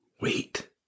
wait